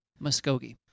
Muskogee